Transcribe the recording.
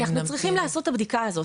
אנחנו צריכים לעשות את הבדיקה הזאת.